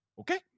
okay